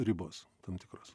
ribos tam tikros